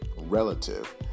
relative